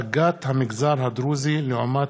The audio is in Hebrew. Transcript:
חבר הכנסת חמד עמאר בנושא: החרגת המגזר הדרוזי לעומת